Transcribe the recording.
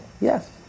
Yes